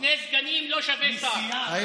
שני סגנים לא שווה שר.